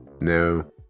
No